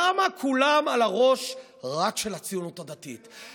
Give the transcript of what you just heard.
למה כולם רק על הראש של הציונות הדתית?